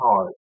hard